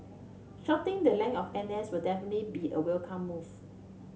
shortening the length of N S will definitely be a welcome move